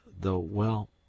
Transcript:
The—well